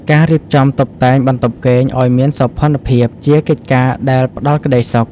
ការរៀបចំតុបតែងបន្ទប់គេងឱ្យមានសោភ័ណភាព ជាកិច្ចការដែលផ្តល់ក្តីសុខ។